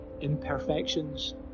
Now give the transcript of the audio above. imperfections